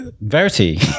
Verity